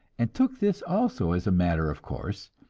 and took this also as a matter of course,